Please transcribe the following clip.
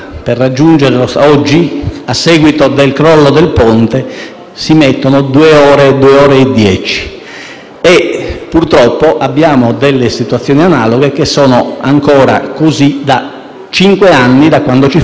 si impiegano due ore e dieci minuti. Purtroppo abbiamo situazioni analoghe, che sono ancora così da cinque anni, da quanto ci fu l'alluvione del 2013.